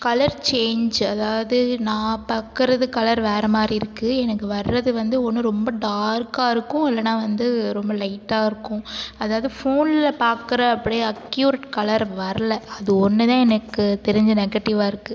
colour change அதாவது நான் பார்க்கறது கலர் வேற மாரி இருக்கு எனக்கு வர்றது வந்து ஒன்று ரொம்ப டார்க்காகருக்கும் இல்லைன்னா வந்து ரொம்ப லைட்டாகருக்கும் அதாவது ஃபோனில் பார்க்கற அப்படியே அக்யூரெட் கலர் வரல அது ஒன்னு தான் எனக்கு தெரிஞ்சு நெகட்டிவாகருக்கு